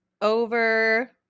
over